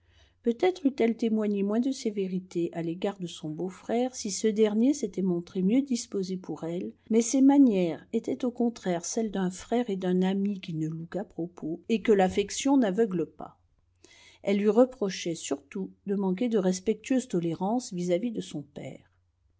peut-être eut-elle témoigné moins de sévérité à l'égard de son beau-frère si ce dernier s'était montré mieux disposé pour elle mais ses manières étaient au contraire celles d'un frère et d'un ami qui ne loue qu'à propos et que l'affection n'aveugle pas elle lui reprochait surtout de manquer de respectueuse tolérance vis-à-vis de son père